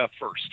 first